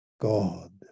God